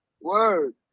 Word